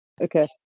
okay